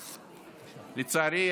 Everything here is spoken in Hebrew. לצערי,